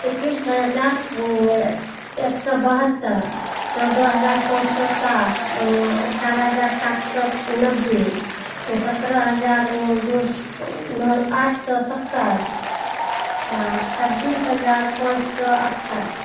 इक्कीस हज़ार ओ एक सौ बहत्तर चौदह हज़ार पाँच सौ साठ वो अट्ठारह हज़ार सात सौ नब्बे सत्रह हज़ार वो दो वो नौ आठ सौ सत्ताईस छब्बीस हज़ार पाँच सौ अट्ठाईस